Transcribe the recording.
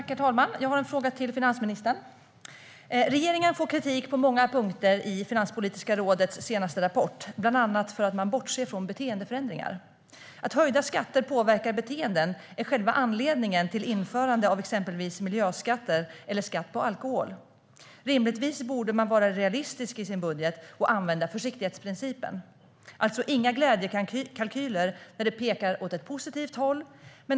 Herr talman! Jag har en fråga till finansministern. Regeringen får kritik på många punkter i Finanspolitiska rådets senaste rapport, bland annat för att man bortser från beteendeförändringar. Att höjda skatter påverkar beteenden är själva anledningen till införande av exempelvis miljöskatter eller skatt på alkohol. Rimligtvis borde man vara realistisk i sin budget och använda försiktighetsprincipen. Alltså: Inga glädjekalkyler när det pekar åt ett positivt håll.